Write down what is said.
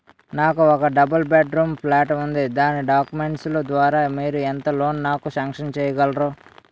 నాకు ఒక double bedroom flat ఉంది దాని డాక్యుమెంట్స్ లు ద్వారా మీరు ఎంత లోన్ నాకు సాంక్షన్ చేయగలరు?